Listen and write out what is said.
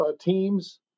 teams